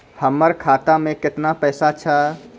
हमर खाता मैं केतना पैसा छह?